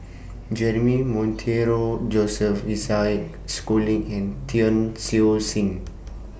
Jeremy Monteiro Joseph Isaac Schooling and Tan Siew Sin